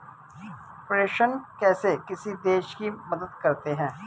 प्रेषण कैसे किसी देश की मदद करते हैं?